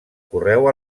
correu